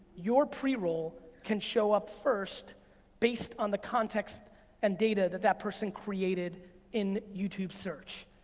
your pre-roll can show up first based on the context and data that that person created in youtube search.